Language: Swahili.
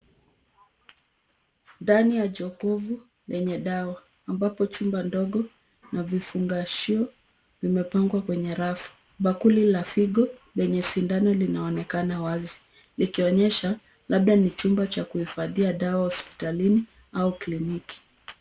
Ndani ya jokovu lenye dawa, ambapo chumba ndogo na vifungashio vimepangwa kwenye rafu. Bakuli la figo lenye sindano linaonekana wazi, likionyesha labda ni chumba cha kuhifadhia dawa hospitalini au kliniki.